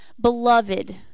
Beloved